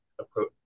approach